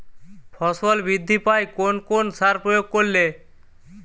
ফসল বৃদ্ধি পায় কোন কোন সার প্রয়োগ করলে?